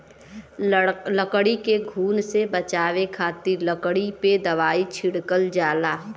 लकड़ी के घुन से बचावे खातिर लकड़ी पे दवाई छिड़कल जाला